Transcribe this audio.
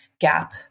gap